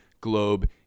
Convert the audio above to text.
globe